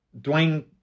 Dwayne